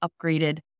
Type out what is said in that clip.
upgraded